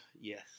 yes